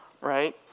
right